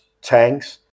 tanks